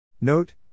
Note